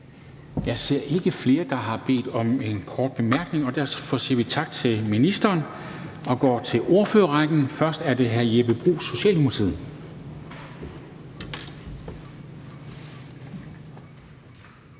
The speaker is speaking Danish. Jeg ser ikke flere, der har bedt om en kort bemærkning. Derfor siger vi tak til ministeren og går til ordførerrækken. Først er det hr. Jeppe Bruus, Socialdemokratiet.